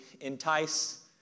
entice